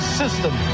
system